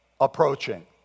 approaching